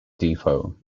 depot